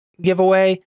giveaway